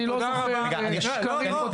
אני לא זוכר קווים בוטים כאלה.